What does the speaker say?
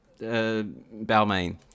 Balmain